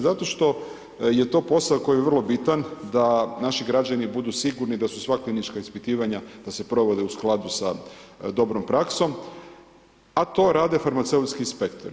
Zato što je to posao koji je vrlo bitan, da naši građani budu sigurni, da su sva klinička ispitivanja, da se provodi u skladu sa dobrom praksom, a to radi farmaceutski inspektori.